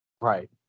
Right